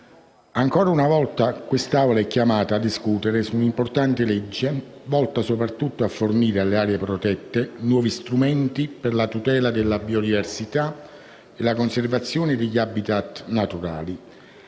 ancora una volta quest'Assemblea è chiamata a discutere su un'importante legge, volta soprattutto a fornire alle aree protette nuovi strumenti per la tutela della biodiversità e la conservazione degli *habitat* naturali.